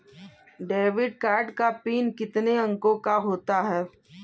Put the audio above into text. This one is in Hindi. डेबिट कार्ड का पिन कितने अंकों का होता है?